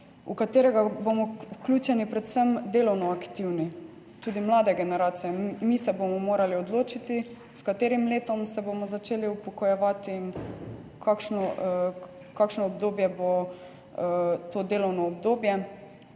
v katerega bomo vključeni predvsem delovno aktivni, tudi mlade generacije. Mi se bomo morali odločiti, s katerim letom se bomo začeli upokojevati in kakšno obdobje bo to delovno obdobje